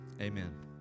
Amen